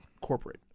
corporate